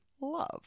love